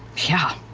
yeah.